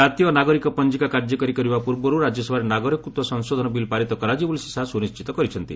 ଜାତୀୟ ନାଗରିକ ପଞ୍ଜିକା କାର୍ଯ୍ୟକାରୀ କରିବା ପୂର୍ବରୁ ରାଜ୍ୟସଭାରେ ନାଗରିକତ୍ୱ ସଂଶୋଧନ ବିଲ୍ ପାରିତ କରାଯିବ ବୋଲି ଶ୍ରୀ ଶାହା ସୁନିଶିତ କରିଛନ୍ତି